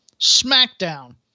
SmackDown